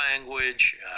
language